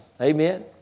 Amen